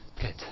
Good